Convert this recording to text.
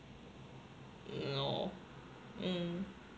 mm know mm